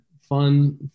fun